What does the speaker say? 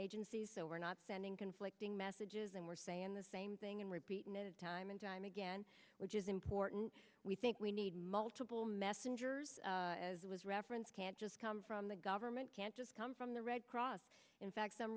agencies so we're not sending conflicting messages and we're saying the same thing and repeated time and time again which is important we think we need multiple messengers reference can't just come from the government can't just come from the red cross in fact some